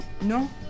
No